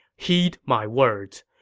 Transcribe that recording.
heed my words!